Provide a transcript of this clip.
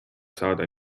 saada